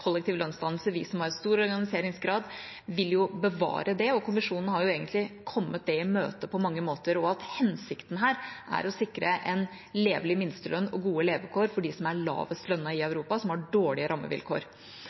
kollektiv lønnsdannelse, vi som har stor organiseringsgrad, jo vil bevare det, og kommisjonen har egentlig kommet det i møte på mange måter. Hensikten her er å sikre en levelig minstelønn og gode levekår for dem som er lavest lønnet i Europa, og som har dårlige rammevilkår.